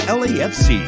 lafc